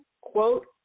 quote